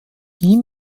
ihm